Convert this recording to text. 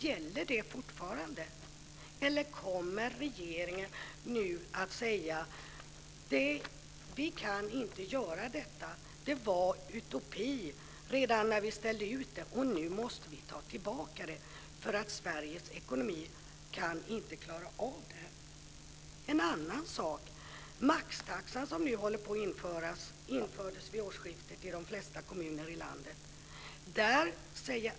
Gäller det fortfarande, eller kommer regeringen nu att säga att man inte kan göra detta, att det var en utopi redan när man lovade det och att man nu måste ta tillbaka det, eftersom Sveriges ekonomi inte kan klara av det? En annan sak är maxtaxan som infördes vid årsskiftet i de flesta kommuner i landet.